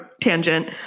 tangent